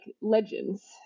legends